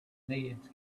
needs